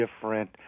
different